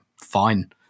fine